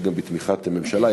שהיא גם בתמיכת הממשלה.